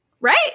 right